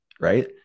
right